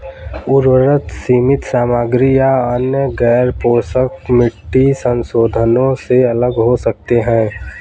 उर्वरक सीमित सामग्री या अन्य गैरपोषक मिट्टी संशोधनों से अलग हो सकते हैं